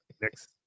Next